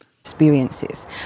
Experiences